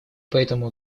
поэтому